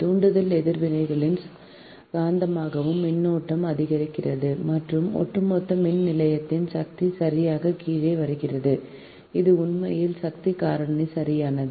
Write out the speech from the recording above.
தூண்டல் எதிர்வினைகளின் காந்தமாக்கும் மின்னோட்டம் அதிகரிக்கிறது மற்றும் ஒட்டுமொத்த மின் நிலையத்தின் சக்தி சரியாக கீழே வருகிறது அது உண்மையில் சக்தி காரணி சரியானது